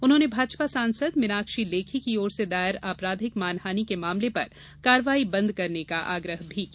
उन्होंने भाजपा सांसद मीनाक्षी लेखी की ओर से दायर आपराधिक मानहानि के मामले पर कार्रवाई बंद करने का आग्रह भी किया